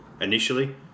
initially